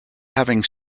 having